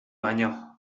baino